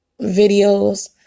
videos